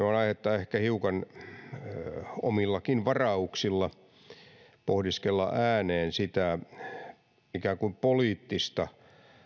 on aihetta ehkä hiukan omillakin varauksilla pohdiskella ääneen sitä ikään kuin poliittista